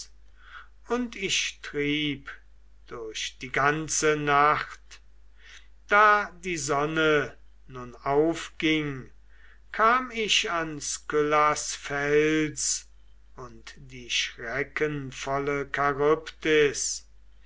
und ich trieb durch die ganze nacht da die sonne nun aufging kam ich an skyllas fels und die schreckenvolle